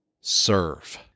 serve